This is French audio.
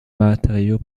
matériau